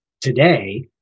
today